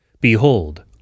Behold